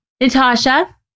Natasha